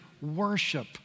worship